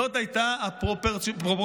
זאת הייתה הפרופורציונליות